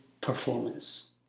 performance